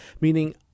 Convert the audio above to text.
meaning